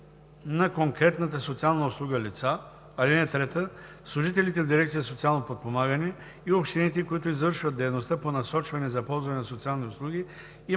на конкретната социална услуга лица. (3) Служителите в дирекция „Социално подпомагане“ и общините, които извършват дейността по насочване за ползване на социални услуги,